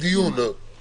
תומר רבינוביץ', דף חדש.